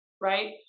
right